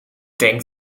denk